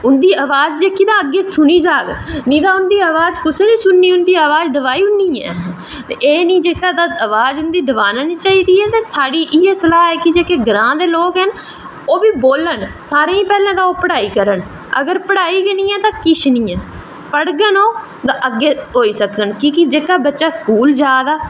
उंदी अवाज जेह्का तां अग्गैं सुनी जाह्ग नेईं तां उंदी अवाज कुसै नी सुननी उंदी अवाज दवाई ओड़नी ऐ ते एह् जेह्का अवाज उंदी दवाना नी चाही दी ऐ ते लाढ़ी इया सलाह् ऐ कि जेह्के ग्रांऽ दे लोग न ओह् बी बोलन सारें सै पैह्लें ते एह् पढ़ाई करन अगर पढ़ाई गै नी ऐ तां किश नी ऐ पढ़ंगन तां अग्गैं होई सकगंन कि के जेह्का बच्चा स्कूल जा दा